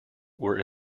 were